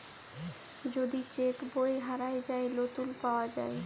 যদি চ্যাক বই হারাঁয় যায়, লতুল পাউয়া যায়